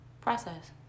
process